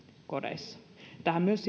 kodeissa tähän myös